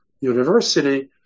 university